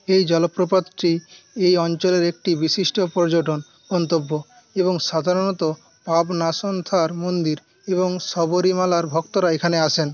এই জলপ্রপাতটি এই অঞ্চলের একটি বিশিষ্ট পর্যটন গন্তব্য এবং সাধারণত পাপনাসমের মন্দির এবং শবরীমালার ভক্তরা এখানে আসেন